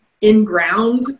in-ground